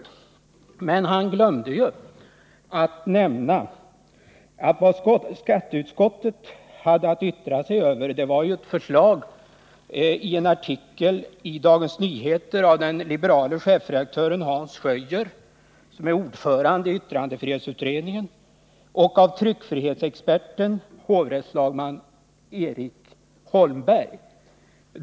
Daniel Tarschys glömde emellertid att nämna att skatteutskottet hade att yttra sig över förslag i en artikel i Dagens Nyheter av den liberale chefredaktören Hans Schöier, som är ordförande i yttrandefrihetsutredningen, och av tryckfrihetsexperten hovrättslagman Erik Holmberg.